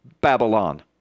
Babylon